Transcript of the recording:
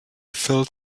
filled